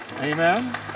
Amen